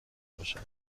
باشد